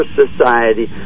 society